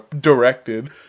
directed